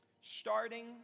starting